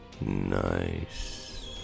Nice